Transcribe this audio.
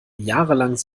jahrelang